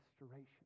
restoration